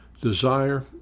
desire